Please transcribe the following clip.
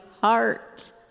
heart